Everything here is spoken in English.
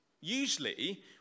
Usually